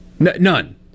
None